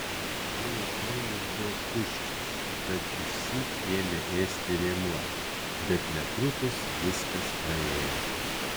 mano skrandis buvo tuščias tad išsyk ėmė ėsti rėmuo bet netrukus viskas praėjo